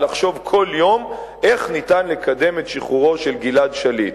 ולחשוב כל יום איך ניתן לקדם את שחרורו של גלעד שליט.